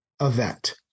event